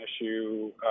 issue